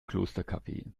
klostercafe